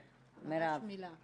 חברת הכנסת מרב.